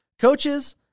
Coaches